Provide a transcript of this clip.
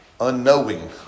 unknowing